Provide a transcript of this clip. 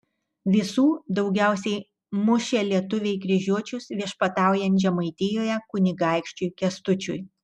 visų daugiausiai mušė lietuviai kryžiuočius viešpataujant žemaitijoje kunigaikščiui kęstučiui